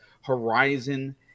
horizon